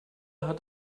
hat